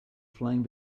flying